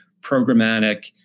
Programmatic